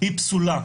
היא פסולה.